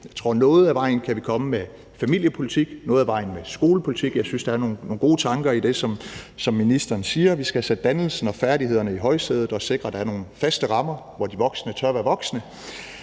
Jeg tror, at noget af vejen kan vi komme med familiepolitik, noget af vejen med skolepolitik. Jeg synes, der er nogle gode tanker i det, som ministeren siger, altså at vi skal have sat dannelsen og færdighederne i højsædet og sikre, at der er nogle faste rammer, hvor de voksne tør være voksne.